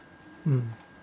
mm